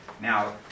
Now